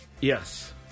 Yes